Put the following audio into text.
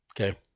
Okay